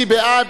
מי בעד?